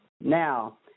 Now